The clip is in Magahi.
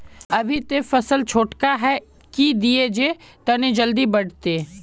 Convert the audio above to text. अभी ते फसल छोटका है की दिये जे तने जल्दी बढ़ते?